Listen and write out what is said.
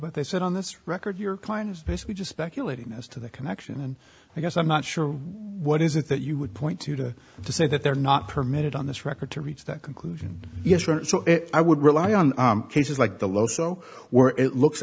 but they said on this record your client is basically just speculating as to the connection and i guess i'm not sure what is it that you would point to to to say that they're not permitted on this record to reach that conclusion yes i would rely on cases like the low so were it looks